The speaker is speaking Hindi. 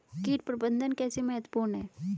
कीट प्रबंधन कैसे महत्वपूर्ण है?